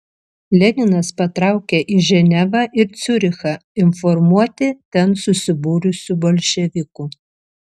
leninas patraukė į ženevą ir ciurichą informuoti ten susibūrusių bolševikų